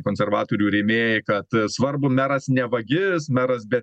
konservatorių rėmėjai kad svarbu meras ne vagis meras be